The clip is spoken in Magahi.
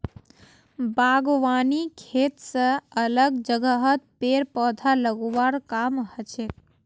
बागवानी खेत स अलग जगहत पेड़ पौधा लगव्वार काम हछेक